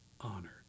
honored